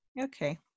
Okay